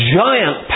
giant